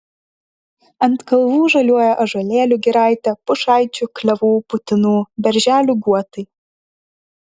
ant kalvų žaliuoja ąžuolėlių giraitė pušaičių klevų putinų berželių guotai